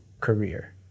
career